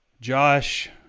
Josh